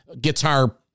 guitar